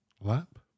lap